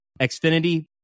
Xfinity